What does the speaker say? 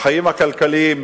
החיים הכלכליים,